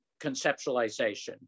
conceptualization